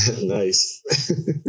Nice